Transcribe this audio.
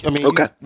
Okay